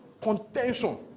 contention